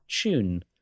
tune